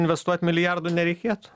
investuot milijardų nereikėtų